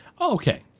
Okay